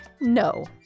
no